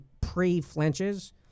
pre-flinches